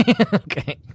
okay